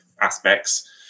aspects